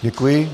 Děkuji.